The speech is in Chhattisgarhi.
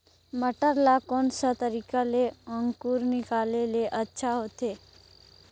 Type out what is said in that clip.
मटर ला कोन सा तरीका ले अंकुर निकाले ले अच्छा होथे?